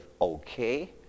Okay